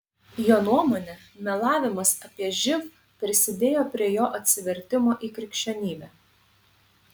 jo nuomone melavimas apie živ prisidėjo prie jo atsivertimo į krikščionybę